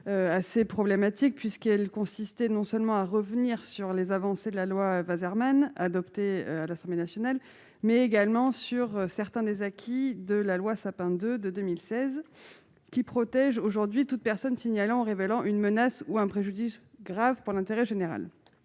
assez problématique, puisqu'elle revenait non seulement sur les avancées adoptées à l'Assemblée nationale, mais également sur certains des acquis de la loi Sapin II de 2016, qui protège aujourd'hui toute personne signalant ou révélant une menace ou un préjudice grave pour l'intérêt général.